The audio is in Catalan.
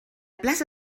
plaça